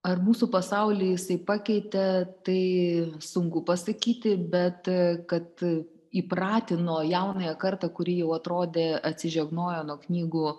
ar mūsų pasaulį jisai pakeitė tai sunku pasakyti bet kad įpratino jaunąją kartą kuri jau atrodė atsižegnojo nuo knygų